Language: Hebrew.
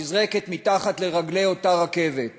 נזרקת מתחת לרגלי אותה רכבת.